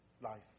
life